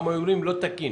אתנו.